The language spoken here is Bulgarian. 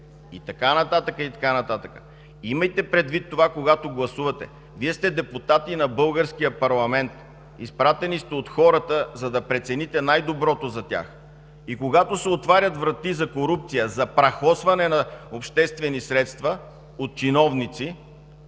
И така нататък, и така нататък. Имайте предвид това, когато гласувате. Вие сте депутати на българския парламент. Изпратени сте от хората, за да прецените най доброто за тях. И когато се отварят врати за корупция, за прахосване на обществени средства от чиновници,